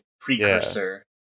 precursor